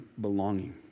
belonging